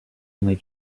only